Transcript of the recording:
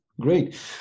great